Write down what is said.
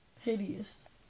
Hideous